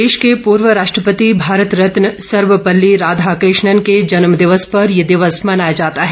देश के पूर्व राष्ट्रपति भारत रत्न सर्वपल्ली राधाकृष्णन के जन्म दिवस पर ये दिवस मनाया जाता है